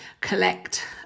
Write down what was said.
collect